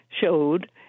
showed